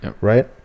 Right